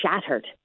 shattered